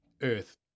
earth